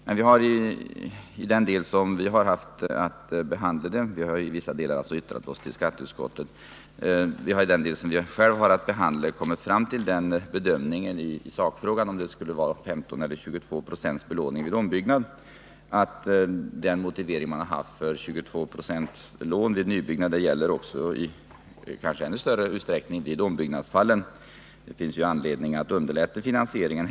Men vi har i den del vi haft att behandla — i vissa delar har vi yttrat oss till skatteutskottet — kommit fram till den bedömningen i sakfrågan om huruvida det skulle vara 15 eller 22 96 belåning vid ombyggnad, att den motivering man har haft för 22-procentiga lån vid nybyggnad också gäller, och kanske i än större utsträckning, vid ombyggnadsfallen; det finns ju anledning att här underlätta finansieringen.